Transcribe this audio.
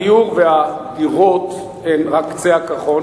הדיור והדירות הם רק קצה קרחון,